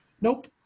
Nope